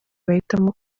bahitamo